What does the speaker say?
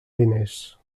diners